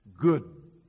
good